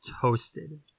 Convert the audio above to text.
toasted